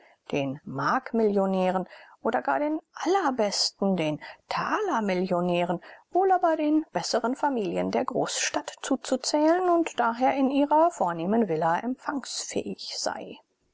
den markmillionären oder gar den allerbesten den talermillionären wohl aber den besseren familien der großstadt zuzuzählen und daher in ihrer vornehmen villa empfangsfähig sei